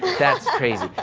that's crazy.